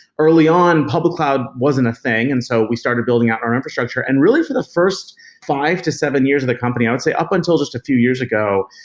early on, public cloud wasn't a thing, and so we started building out our infrastructure. and really, for the first five to seven years of the company, i would say until just a few years ago,